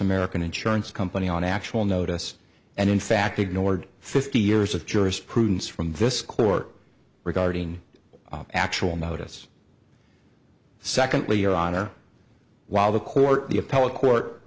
american insurance company on actual notice and in fact ignored fifty years of jurisprudence from this court regarding the actual notice secondly your honor while the court the appellate court